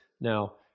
Now